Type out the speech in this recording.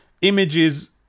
images